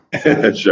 Sure